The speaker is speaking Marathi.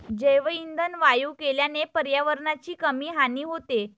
जैवइंधन वायू केल्याने पर्यावरणाची कमी हानी होते